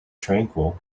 tranquil